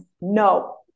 No